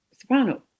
soprano